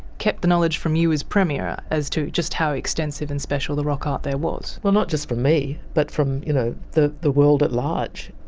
kept the knowledge from you as premier as to just how extensive and special the rock art there was? well, not just from me but from you know the the world at large.